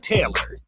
Taylor